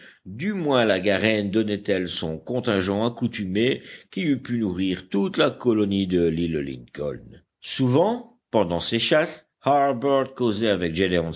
du moins la garenne donnait-elle son contingent accoutumé qui eût pu nourrir toute la colonie de l'île lincoln souvent pendant ces chasses harbert causait avec